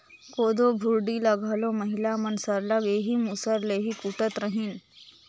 कोदो भुरडी ल घलो महिला मन सरलग एही मूसर ले ही कूटत रहिन